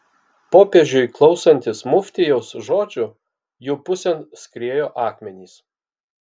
popiežiui klausantis muftijaus žodžių jų pusėn skriejo akmenys